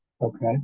Okay